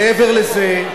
מעבר לזה,